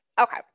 Okay